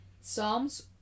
Psalms